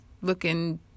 looking